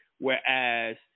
whereas